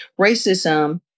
racism